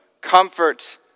comfort